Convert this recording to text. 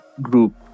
group